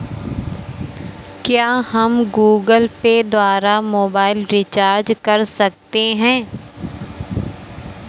क्या हम Google Pay द्वारा मोबाइल रिचार्ज कर सकते हैं?